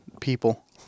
people